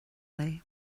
léi